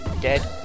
dead